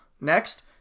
Next